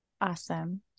Awesome